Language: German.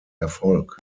erfolg